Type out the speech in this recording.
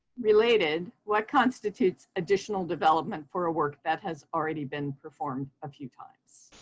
related, what constitutes additional development for a work that has already been performed a few times?